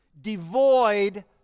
devoid